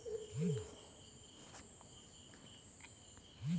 ಪ್ರಾಣಿಗಳು ಉತ್ತಮ ಇಳುವರಿಯನ್ನು ನೀಡಲು ಸ್ಥಳೀಯ ಆಹಾರ ಒಳ್ಳೆಯದೇ ಅಥವಾ ಪ್ಯಾಕ್ ಫುಡ್ ಒಳ್ಳೆಯದೇ?